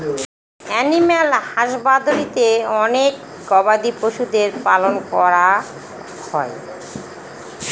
animal হাসবাদরীতে অনেক গবাদি পশুদের পালন করা হয়